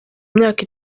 imyaka